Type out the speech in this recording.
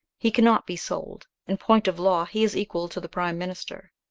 he cannot be sold in point of law he is equal to the prime minister.